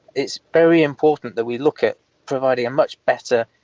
it's very important that we look at providing a much better,